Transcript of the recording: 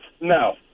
No